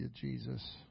Jesus